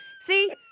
See